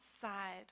side